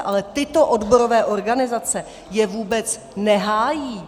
Ale tyto odborové organizace je vůbec nehájí!